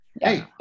Hey